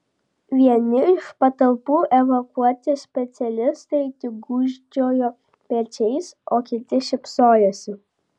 vieni iš patalpų evakuoti specialistai tik gūžčiojo pečiais o kiti šypsojosi